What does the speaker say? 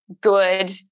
good